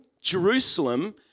Jerusalem